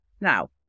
Now